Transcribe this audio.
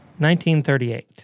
1938